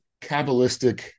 Kabbalistic